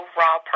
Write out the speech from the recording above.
raw